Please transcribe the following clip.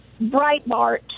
Breitbart